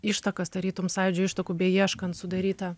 ištakas tarytum sąjūdžio ištakų beieškant sudaryta